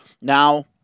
now